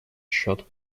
счет